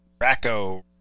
Racco-